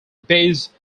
based